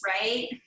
right